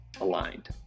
aligned